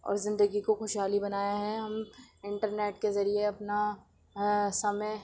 اور زندگی کو خوشحالی بنایا ہے ہم انٹرنیٹ کے ذریعہ اپنا سمے